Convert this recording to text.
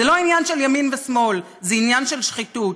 זה לא עניין של ימין ושמאל, זה עניין של שחיתות.